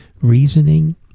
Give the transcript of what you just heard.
Reasoning